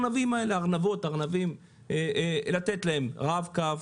הארנבות האלה לתת להם רב-קו,